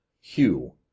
Hugh